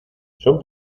son